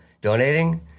donating